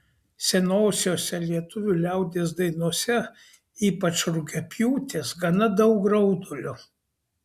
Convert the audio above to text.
senosiose lietuvių liaudies dainose ypač rugiapjūtės gana daug graudulio